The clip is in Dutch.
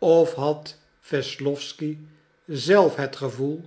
of had wesslowsky zelf het gevoel